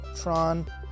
Tron